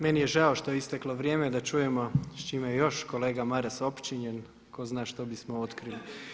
Meni je žao što je isteklo vrijeme da čujemo s čime je još kolega Maras opčinjen, tko zna što bismo otkrili.